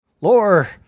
Lore